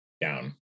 Down